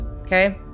Okay